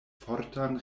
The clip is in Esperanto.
fortan